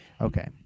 Okay